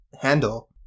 handle